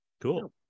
cool